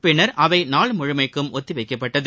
பின்னர் அவை நாள் முழுவதும் ஒத்திவைக்கப்பட்டது